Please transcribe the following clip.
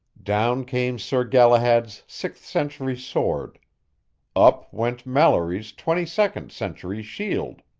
down came sir galahad's sixth century sword up went mallory's twenty-second century shield.